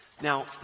Now